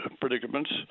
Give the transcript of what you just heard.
predicaments